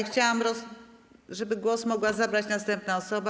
Chciałam, żeby głos mogła zabrać następna osoba.